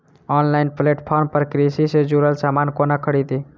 Online platform पर कृषि सँ जुड़ल समान कोना खरीदी?